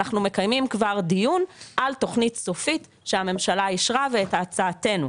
אנחנו מקיימים כבר דיון על תוכנית סופית שהממשלה אישרה ואת הצעתנו.